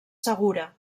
segura